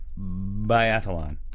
biathlon